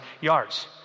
yards